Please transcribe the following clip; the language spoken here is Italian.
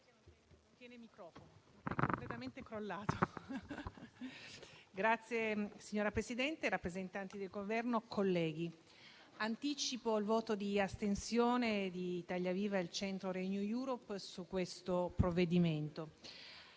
Signora Presidente, rappresentanti del Governo, colleghi, anticipo il voto di astensione di Italia Viva-Il Centro-Renew Europe su questo provvedimento;